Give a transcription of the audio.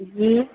जी